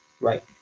right